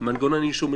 מנגנון אישור מלכתחילה,